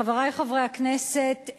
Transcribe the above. חברי חברי הכנסת,